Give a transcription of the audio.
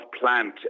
plant